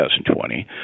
2020